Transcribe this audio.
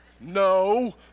No